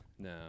No